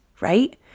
right